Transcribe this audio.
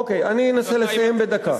אוקיי, אני אנסה לסיים בדקה.